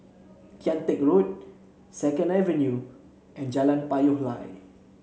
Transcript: Kian Teck Road Second Avenue and Jalan Payoh Lai